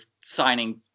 signing